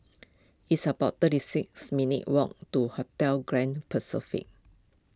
it's about thirty six minutes' walk to Hotel Grand Pacific